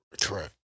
correct